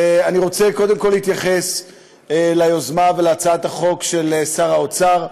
אנחנו מדברים על ל"ג בעומר עכשיו.